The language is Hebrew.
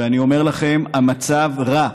ואני אומר לכם: המצב רע.